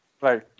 Right